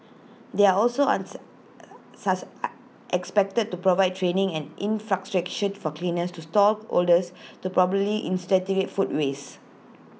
they are also expected to provide training and infrastructure for cleaners to stall holders to properly in segregate food waste